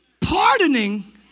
pardoning